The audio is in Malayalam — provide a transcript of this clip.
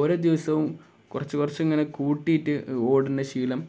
ഓരോ ദിവസവും കുറച്ച് കുറച്ച് ഇങ്ങനെ കൂട്ടിയിട്ട് ഓടുന്ന ശീലം